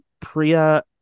Priya